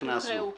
שהוקראו כאן.